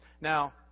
Now